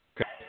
Okay